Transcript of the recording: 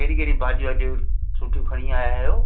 कहिड़ियूं कहिड़ियूं भाॼी अॼु सुठियूं खणी आया आहियो